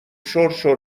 شرشر